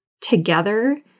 together